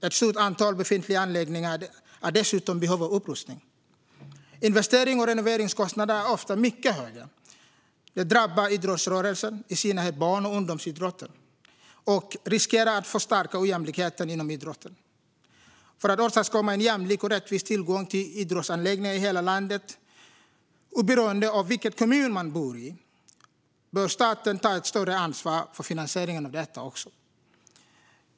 Ett stort antal befintliga anläggningar är dessutom i behov av upprustning. Investerings och renoveringskostnaderna är ofta mycket höga. Det drabbar idrottsrörelsen, i synnerhet barn och ungdomsidrotten, och riskerar att förstärka ojämlikheten inom idrotten. För att åstadkomma en jämlik och rättvis tillgång till idrottsanläggningar i hela landet, oberoende av vilken kommun man bor i, bör staten ta ett större ansvar för finansieringen av detta också.